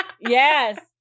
Yes